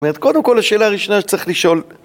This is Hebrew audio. קודם כל, השאלה הראשונה שצריך לשאול...